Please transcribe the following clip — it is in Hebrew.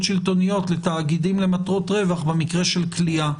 שלטוניות לתאגידים עם מטרות רווח במקרה של כליאה,